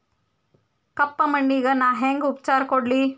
ಕಪ್ಪ ಮಣ್ಣಿಗ ನಾ ಹೆಂಗ್ ಉಪಚಾರ ಕೊಡ್ಲಿ?